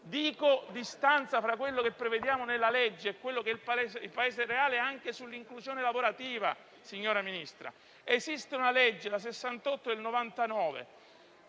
della distanza fra quello che prevediamo nella legge e quello che è il Paese reale anche sull'inclusione lavorativa. Signora Ministro, esiste una legge, la n. 68 del 1999,